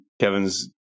Kevin's